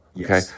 Okay